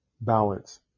Balance